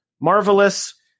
Marvelous